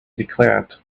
declared